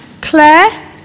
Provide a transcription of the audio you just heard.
Claire